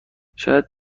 شاید